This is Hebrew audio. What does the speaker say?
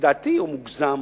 לדעתי החשש הוא מוגזם,